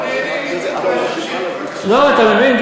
אתה מבין?